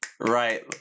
Right